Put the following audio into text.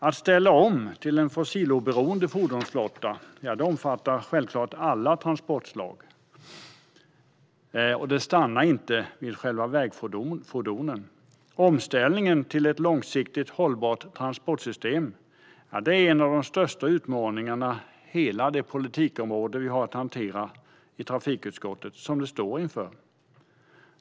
Omställningen till en fossiloberoende fordonsflotta omfattar självklart alla transportslag och stannar inte vid själva vägfordonen. Omställningen till ett långsiktigt hållbart transportsystem är en av de största utmaningar vi står inför på hela det politikområde som vi i trafikutskottet har att hantera.